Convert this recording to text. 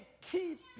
keep